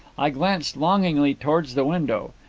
i glanced longingly towards the window.